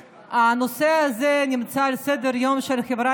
הנושא הזה נמצא על סדר-יומה של החברה